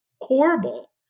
horrible